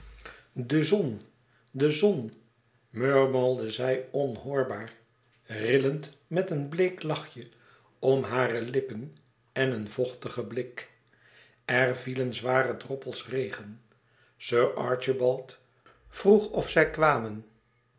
de zon de zon murmelde zij onhoorbaar rillend met een bleek lachje om hare lippen en een vochten blik er vielen zware droppels regen sir archibald vroeg of zij kwamen